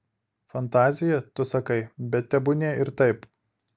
fantazija tu sakai bet tebūnie ir taip